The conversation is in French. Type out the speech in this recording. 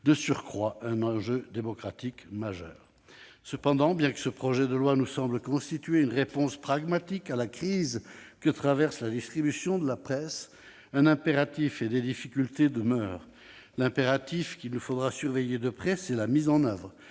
de surcroît, un enjeu démocratique majeur. Cependant, bien que ce projet de loi nous semble constituer une réponse pragmatique à la crise que traverse la distribution de la presse, un impératif et des difficultés demeurent. L'impératif, qu'il nous faudra surveiller de près, c'est la mise en oeuvre